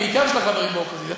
בעיקר של החברים באופוזיציה,